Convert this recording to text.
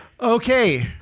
Okay